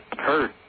hurt